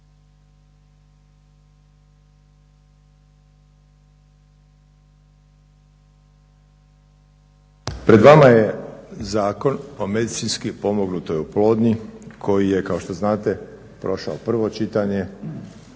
Pred vama je Zakon o medicinski pomognutoj oplodnji koji je kao što znate prošao prvo čitanje,